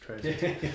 crazy